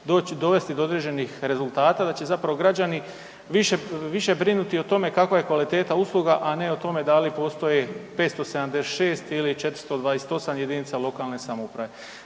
dovesti do određenih rezultata, da će zapravo građani više brinuti o tome kakva je kvaliteta usluga a ne o tome da li postoji 576 ili 428 jedinica lokalne samouprave.